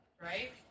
right